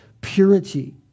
purity